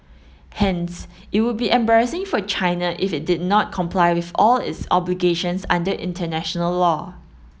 hence it would be embarrassing for China if it did not comply with all of its obligations under international law